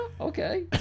Okay